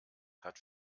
hat